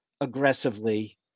aggressively